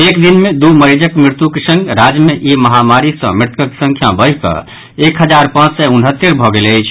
एक दिन मे दू मरीजक मृत्युक संग राज्य मे ई महामारी सँ मृतकक संख्या बढ़ि कऽ एक हजार पांच सय उनहत्तरि भऽ गेल अछि